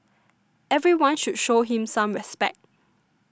everyone should show him some respect